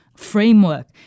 framework